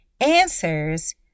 answers